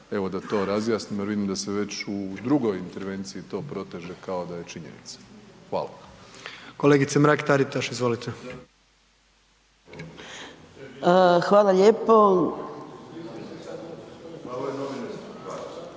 Evo da to razjasnimo jer vidim da se već u drugoj intervenciji to proteže kao da je činjenica. Hvala. **Jandroković, Gordan (HDZ)**